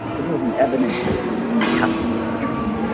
this is an evidence base, and we have to use the treatment.